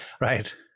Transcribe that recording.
Right